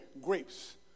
grapes